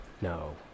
No